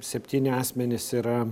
septyni asmenys yra